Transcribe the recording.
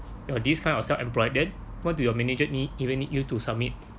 ya these kind of self employed then why do your manager need even you to submit